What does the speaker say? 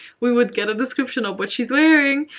we would get a description of what she's wearing.